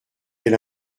elle